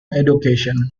education